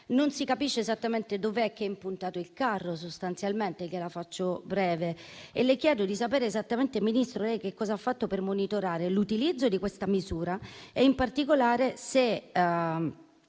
non si capisce esattamente dove si sia impuntato il carro, per così dire. Gliela faccio breve: le chiedo di sapere esattamente, Ministro, cos'ha fatto per monitorare l'utilizzo di questa misura e, in particolare, se